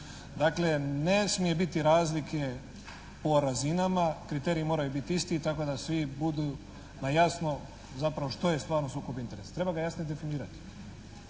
Dakle ne smije biti razlike o razinama, kriteriji moraju biti isti tako da svi budu na jasno zapravo što je stvarno sukob interesa, treba ga jasno i definirati.